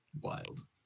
Wild